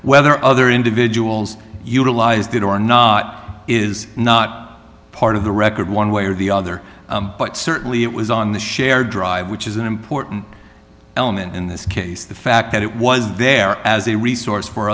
whether other individuals utilized it or not is not part of the record one way or the other but certainly it was on the shared drive which is an important element in this case the fact that it was there as a resource for